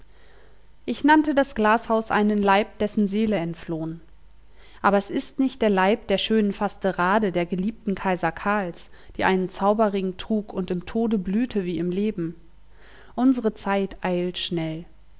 ich nannte das glashaus einen leib dessen seele entflohn aber es ist nicht der leib der schönen fasterade der geliebten kaiser karls die einen zauberring trug und im tode blühte wie im leben unsere zeit eilt schnell